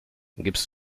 gibst